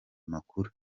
amakuru